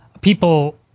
people